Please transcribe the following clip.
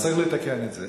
אז צריך לתקן את זה.